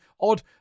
odd